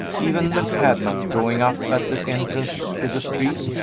even the cabman, drawing up at the entrance to the street,